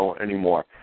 anymore